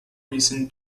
reason